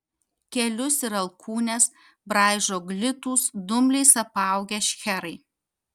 kelius ir alkūnes braižo glitūs dumbliais apaugę šcherai